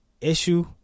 issue